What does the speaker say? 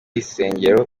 insengero